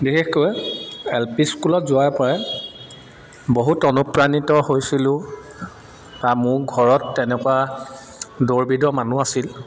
বিশেষকৈ L P স্কুলত যোৱাৰ পৰাই বহুত অনুপ্ৰাণিত হৈছিলোঁ বা মোৰ ঘৰত তেনেকুৱা দৌৰবিদৰ মানুহ আছিল